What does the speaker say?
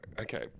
Okay